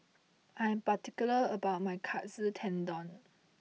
I am particular about my Katsu Tendon